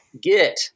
get